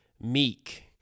meek